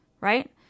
right